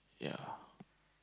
yeah